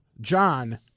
John